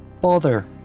bother